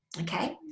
okay